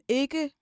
ikke